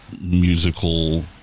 musical